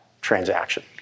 transaction